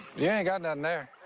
yeah got nothin' there.